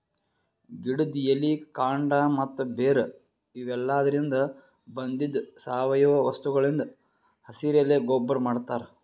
ಗಿಡದ್ ಎಲಿ ಕಾಂಡ ಮತ್ತ್ ಬೇರ್ ಇವೆಲಾದ್ರಿನ್ದ ಬಂದಿದ್ ಸಾವಯವ ವಸ್ತುಗಳಿಂದ್ ಹಸಿರೆಲೆ ಗೊಬ್ಬರ್ ಮಾಡ್ತಾರ್